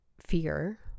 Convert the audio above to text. fear